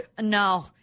No